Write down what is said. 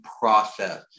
process